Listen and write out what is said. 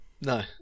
No